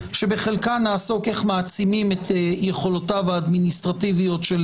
שבחלקה נעסוק איך מעצימים את היכולות האדמיניסטרטיביות של